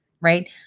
right